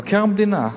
מבקר המדינה,